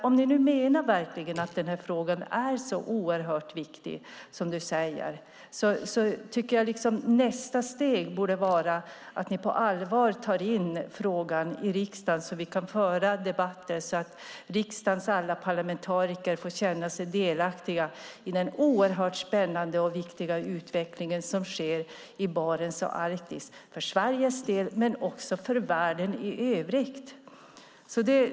Om ni verkligen menar att den här frågan är så oerhört viktig som du säger tycker jag att nästa steg borde vara att ni på allvar tar in frågan i riksdagen så att vi kan föra debatter och så att riksdagens alla parlamentariker får känna sig delaktiga i den oerhört spännande och viktiga utveckling som sker i Barentsregionen och Arktis för Sveriges del men också för världen i övrigt.